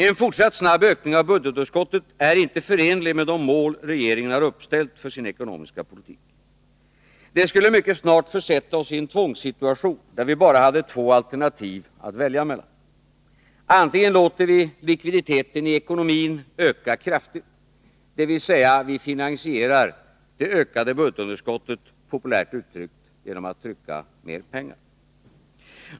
En fortsatt snabb ökning av budgetunderskottet är inte förenlig med de mål regeringen uppställt för sin ekonomiska politik. Det skulle mycket snart försätta oss i en tvångssituation, där vi bara hade två alternativ att välja mellan. Vi kan låta likviditeten i ekonomin öka kraftigt, dvs. vi finansierar det ökade budgetunderskottet genom att — populärt uttryckt — trycka mer pengar.